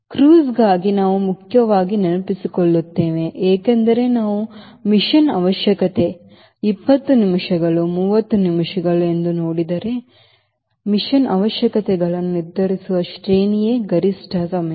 ಕ್ರೂಸ್ಗಾಗಿ ನಾವು ಮುಖ್ಯವಾಗಿ ನೆನಪಿಸಿಕೊಳ್ಳುತ್ತೇವೆ ಏಕೆಂದರೆ ನಾವು ಮಿಷನ್ನ ಅವಶ್ಯಕತೆ 20 ನಿಮಿಷಗಳು 30 ನಿಮಿಷಗಳು ಎಂದು ನೀವು ನೋಡಿದರೆ ಮಿಷನ್ ಅವಶ್ಯಕತೆಗಳನ್ನು ನಿರ್ಧರಿಸುವ ಶ್ರೇಣಿಯೇ ಗರಿಷ್ಠ ಸಮಯ